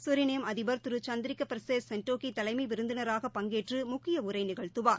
Suriname அதிபர் திரு Chandrikapersad Santokhi தலைமை விருந்தினராக பங்கேற்று முக்கிய உரை நிகழ்த்துவார்